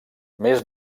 més